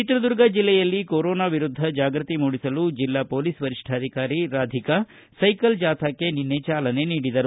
ಚಿತ್ರದುರ್ಗ ಬೆಲ್ಲೆಯಲ್ಲಿ ಕೊರೊನಾ ವಿರುದ್ಧ ಜಾಗೃತಿ ಮೂಡಿಸಲು ಬೆಲ್ಲಾ ಪೊಲೀಸ್ ವರಿಷ್ಠಾಧಿಕಾರಿ ರಾಧಿಕಾ ಸೈಕಲ್ ಜಾಥಾಕ್ಕೆ ಚಾಲನೆ ನೀಡಿದರು